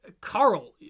Carl